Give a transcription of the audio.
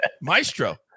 Maestro